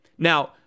Now